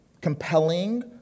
compelling